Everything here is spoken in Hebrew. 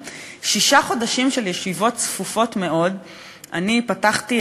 ואת יושב-ראש הוועדה איתן כבל על זה שלקח על עצמו לערוך את